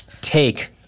take